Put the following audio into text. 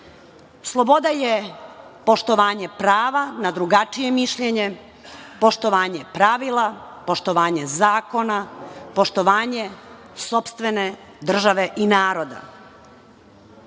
Sloboda je poštovanje prava na drugačije mišljenje, poštovanje pravila, poštovanje zakona, poštovanje sopstvene države i naroda. Ovde,